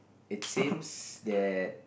it seems that